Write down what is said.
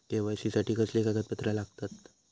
KYC साठी कसली कागदपत्र लागतत?